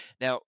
Now